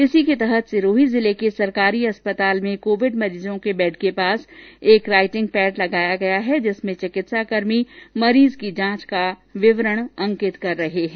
जिसके तहत सिरोही जिले के सरकारी चिकित्सालयों में कोविड मरीजों के बैड के पास एक राईटिंग पेड लगाया गया है जिसमें चिकित्साकर्मी मरीज की जांच का विवरण अंकित कर रहे हैं